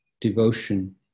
devotion